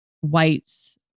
whites